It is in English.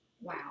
Wow